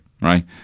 right